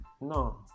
no